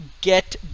get